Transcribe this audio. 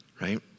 right